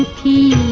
key